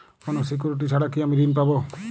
কোনো সিকুরিটি ছাড়া কি আমি ঋণ পাবো?